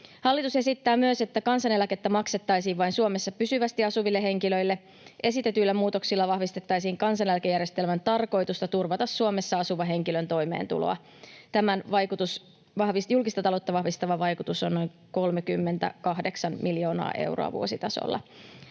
Hallitus esittää myös, että kansaneläkettä maksettaisiin vain Suomessa pysyvästi asuville henkilöille. Esitetyillä muutoksilla vahvistettaisiin kansaneläkejärjestelmän tarkoitusta turvata Suomessa asuvan henkilön toimeentuloa. Tämän julkista taloutta vahvistava vaikutus on noin 38 miljoonaa euroa vuositasolla.